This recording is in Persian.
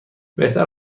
بهتر